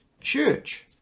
church